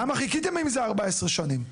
למה חיכיתם עם זה 14 שנים?